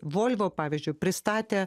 volvo pavyzdžiui pristatė